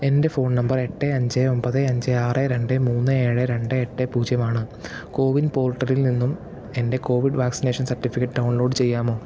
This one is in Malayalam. എൻ്റെ ഫോൺ നമ്പർ എട്ട് അഞ്ച് ഒമ്പത് അഞ്ച് ആറ് രണ്ട് മൂന്ന് ഏഴ് രണ്ട് എട്ട് പൂജ്യം ആണ് കോവിൻ പോർട്ടലിൽ നിന്നും എൻ്റെ കോവിഡ് വാക്സിനേഷൻ സർട്ടിഫിക്കറ്റ് ഡൗൺലോഡ് ചെയ്യാമോ